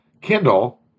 Kindle